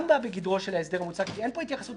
להתייחסות